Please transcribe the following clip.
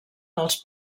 dels